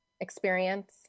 experience